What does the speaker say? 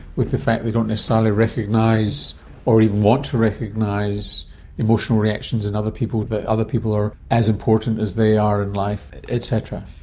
with the fact they don't necessarily recognise or even want to recognise emotional reactions in and other people, that other people are as important as they are in life et cetera.